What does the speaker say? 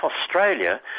Australia